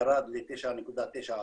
ירד ל-9.9%,